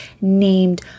named